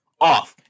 off